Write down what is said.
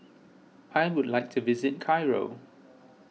I would like to visit Cairo